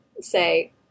say